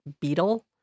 beetle